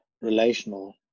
relational